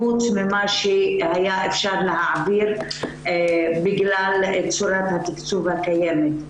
חוץ ממה שהיה אפשר להעביר בגלל צורת התקצוב הקיימת.